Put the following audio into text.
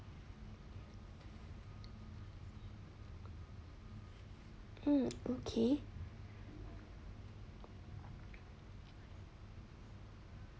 mm okay